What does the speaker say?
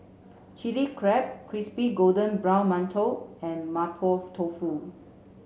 chili crab crispy golden brown mantou and Mapo Tofu